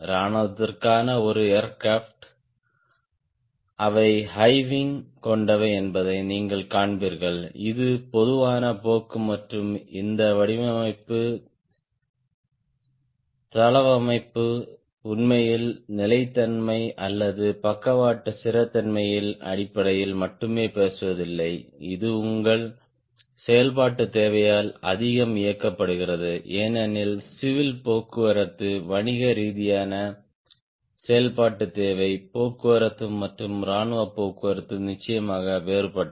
இராணுவத்திற்கான ஒத்த ஏர்கிராப்ட் அவை high wing கொண்டவை என்பதை நீங்கள் காண்பீர்கள் இது பொதுவான போக்கு மற்றும் இந்த வடிவமைப்பு தளவமைப்புகள் உண்மையில் நிலைத்தன்மை அல்லது பக்கவாட்டு ஸ்திரத்தன்மையின் அடிப்படையில் மட்டுமே பேசுவதில்லை இது உங்கள் செயல்பாட்டுத் தேவையால் அதிகம் இயக்கப்படுகிறது ஏனெனில் சிவில் போக்குவரத்து வணிக ரீதியான செயல்பாட்டுத் தேவை போக்குவரத்து மற்றும் இராணுவ போக்குவரத்து நிச்சயமாக வேறுபட்டவை